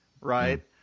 right